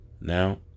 Now